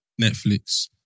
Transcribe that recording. Netflix